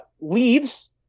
leaves